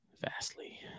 vastly